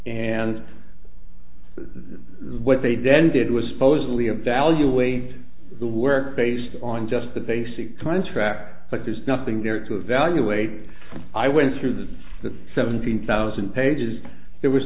then what they did ended was supposedly evaluate the work based on just the basic contract but there's nothing there to evaluate i went through this and the seventeen thousand pages there was